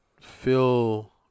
fill